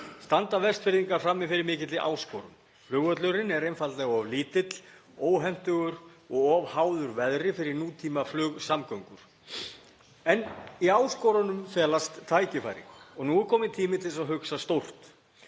standa Vestfirðingar frammi fyrir mikilli áskorun. Flugvöllurinn er einfaldlega of lítill, óhentugur og of háður veðri fyrir nútímaflugsamgöngur. En í áskorunum felast tækifæri og nú er kominn tími til að hugsa stórt.